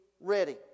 ready